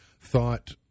thought